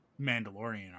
mandalorian